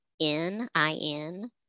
N-I-N